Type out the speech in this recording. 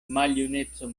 maljuneco